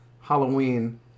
Halloween